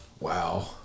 wow